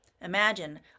Imagine